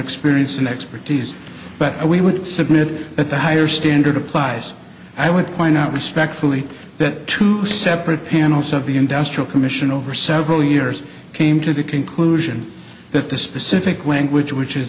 experience and expertise but we would submit that the higher standard applies i would point out respectfully that two separate panels of the industrial commission over several years came to the conclusion that the specific language which is